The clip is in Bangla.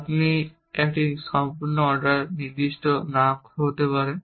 আপনি একটি সম্পূর্ণ অর্ডার নির্দিষ্ট নাও হতে পারে